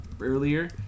earlier